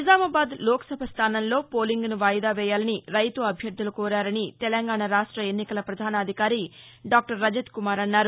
నిజామాబాద్ లోక్సభ స్థానంలో పోలింగ్ను వాయిదా వేయాలని రైతు అభ్యర్థలు కోరారని తెలంగాణరాష్ట ఎన్నికల ప్రధాన అధికారి డాక్టర్ రజత్ కుమార్ అన్నారు